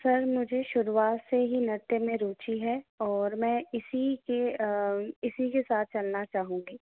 sir मुझे शुरुआत से ही नृत्य में रूचि है और मैं इसी के इसी के साथ चलना चाहूंगी